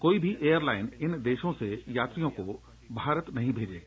कोई भी एयरलाइन इन देशों से यात्रियों को भारत नहीं भेजेगी